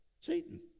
Satan